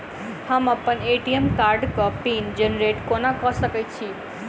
हम अप्पन ए.टी.एम कार्डक पिन जेनरेट कोना कऽ सकैत छी?